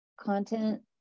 content